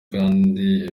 kandi